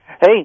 Hey